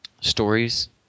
stories